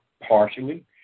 partially